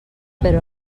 però